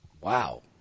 Wow